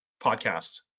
podcast